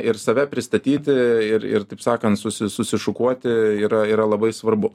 ir save pristatyti ir ir taip sakant susi susišukuoti yra yra labai svarbu